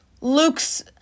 Luke's